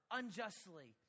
unjustly